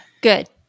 Good